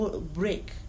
break